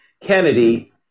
Kennedy